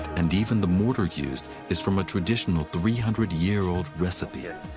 and even the mortar used is from a traditional three hundred year old recipe. i